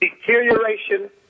deterioration